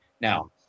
Now